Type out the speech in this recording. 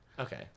Okay